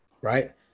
right